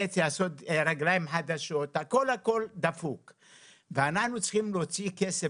אני צריך לעשות אותו יותר גדול כי אני צריך לשים את הריהוט